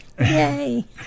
Yay